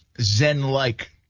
zen-like